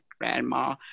grandma